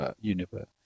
universe